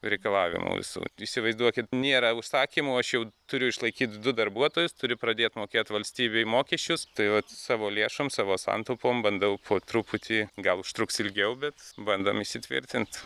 reikalavimų visų įsivaizduokit nėra užsakymų aš jau turiu išlaikyt du darbuotojus turiu pradėt mokėti valstybei mokesčius tai vat savo lėšom savo santaupom bandau po truputį gal užtruks ilgiau bet bandom įsitvirtint